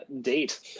date